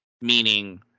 Meaning